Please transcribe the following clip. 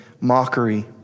mockery